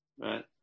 Right